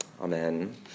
Amen